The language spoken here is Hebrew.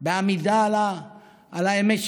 בעמידה על האמת שלך,